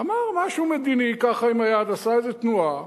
אמר משהו מדיני, ככה, עם היד, עשה איזה תנועה.